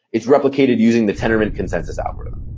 it's replicated using the tendermint consensus algorithm.